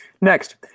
Next